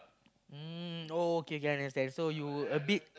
mm oh okay can understand so you a bit